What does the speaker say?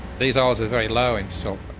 these ah oils are very low in so